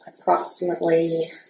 approximately